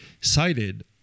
cited